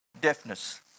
deafness